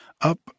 up